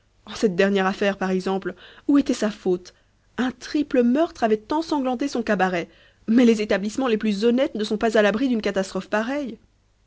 en cette dernière affaire par exemple où était sa faute un triple meurtre avait ensanglanté son cabaret mais les établissements les plus honnêtes ne sont pas à l'abri d'une catastrophe pareille